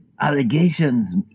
allegations